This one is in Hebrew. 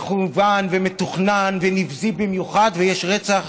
מכוון ומתוכנן ונבזי במיוחד, ויש רצח